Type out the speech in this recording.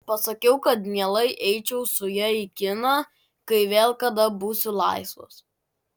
pasakiau kad mielai eičiau su ja į kiną kai vėl kada būsiu laisvas